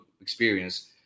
experience